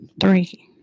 three